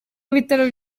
bitaro